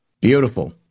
Beautiful